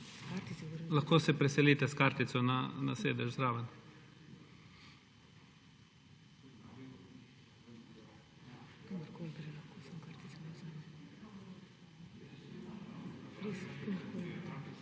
lahko se preselite s kartico na sedež zraven.